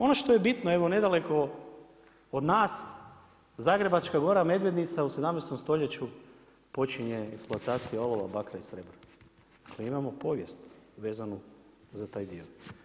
Ono što je bitno evo nedaleko od nas Zagrebačka gora Medvednica u 17. stoljeću počinje eksploatacija olova, bakra i srebra, dakle mi imao povijest vezanu za taj dio.